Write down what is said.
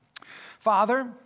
Father